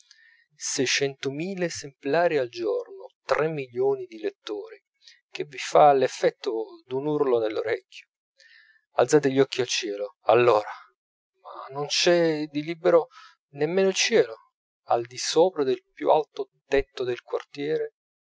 mila esemplari al giorno tre milioni di lettori che vi fa l'effetto d'un urlo nell'orecchio alzate gli occhi al cielo allora ma non c'è di libero nemmeno il cielo al di sopra del più alto tetto del quartiere